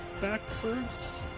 backwards